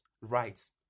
rights